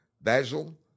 Basil